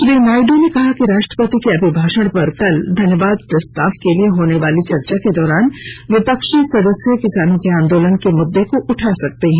श्री नायडू ने कहा कि राष्ट्रपति के अभिभाषण पर कल धन्यवाद प्रस्ताव के लिए होने वाली चर्चा के दौरान विपक्षी सदस्य किसानों के आंदोलन के मुद्दे को उठा सकते हैं